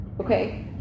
okay